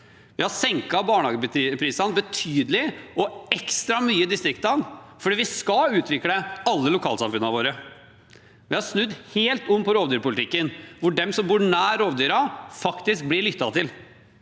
Vi har senket barnehageprisene betydelig og ekstra mye i distriktene, fordi vi skal utvikle alle lokalsamfunnene våre. Vi har snudd helt om på rovdyrpolitikken, hvor de som bor nær rovdyrene, faktisk blir lyttet til.